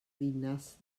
ddinas